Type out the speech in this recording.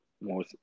more